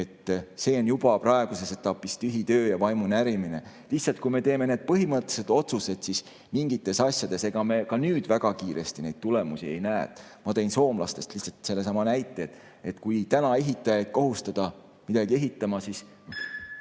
See on praeguses etapis tühi töö ja vaimunärimine. Lihtsalt, kui me teeme põhimõttelised otsused mingites asjades, siis ega me ka nüüd väga kiiresti neid tulemusi ei näe. Ma tõin soomlaste kohta sellesama näite. Kui täna ehitajaid kohustada midagi ehitama, siis